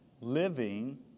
living